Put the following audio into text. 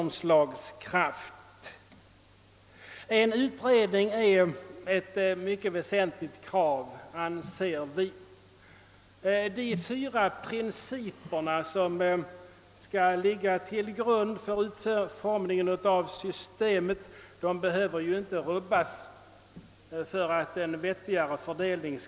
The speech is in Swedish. Vi anser att en utredning på denna punkt är ett mycket väsentligt krav. De fyra principer som skall ligga till grund för utformningen av systemet behöver inte rubbas för att vi skall få en vettigare fördelning.